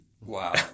Wow